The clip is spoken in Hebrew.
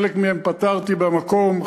חלק מהן פתרתי במקום,